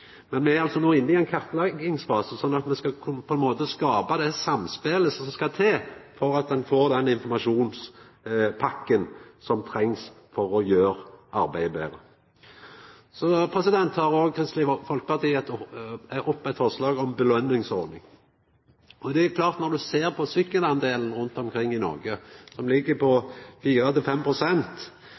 men òg det som Kristeleg Folkeparti repeterer i sitt forslag. Men me er no altså inne i ein kartleggingsfase, sånn at me på ein måte skal skapa det samspelet som skal til for at ein får den informasjonspakka som trengst for å gjera arbeidet betre. Så tek òg Kristeleg Folkeparti opp eit forslag om ei belønningsordning. Når ein ser på talet på syklar rundt omkring, ligg Noreg på 4–5 pst., Sverige er oppe i